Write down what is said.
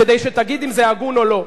כדי שתגיד אם זה הגון או לא.